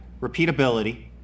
repeatability